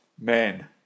men